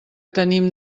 tenim